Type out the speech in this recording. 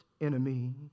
enemy